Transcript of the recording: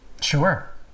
Sure